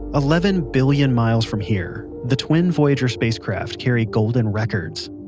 eleven billion miles from here, the twin voyager spacecraft carry golden records.